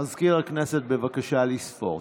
מזכיר הכנסת, בבקשה לספור.